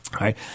Right